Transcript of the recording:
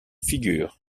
figure